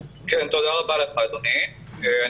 רבה לך אדוני היושב ראש.